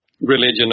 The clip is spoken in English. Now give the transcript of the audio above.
religion